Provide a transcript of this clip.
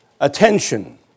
attention